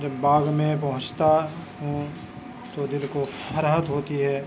جب باغ میں پہنچتا ہوں تو دل کو فرحت ہوتی ہے